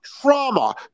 trauma